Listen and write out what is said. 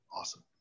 awesome